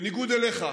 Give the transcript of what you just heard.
בניגוד אליך,